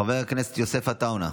חבר הכנסת יוסף עטאונה,